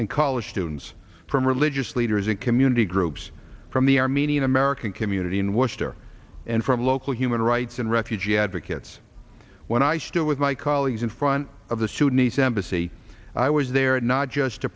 and college students from religious leaders and community groups from the armenian american community in worcester and from local human rights and refugee advocates when i stood with my colleagues in front of the sudanese embassy i was there not just